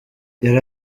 yari